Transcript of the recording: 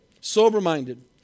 sober-minded